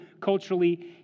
culturally